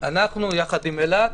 אנחנו יחד עם אילת,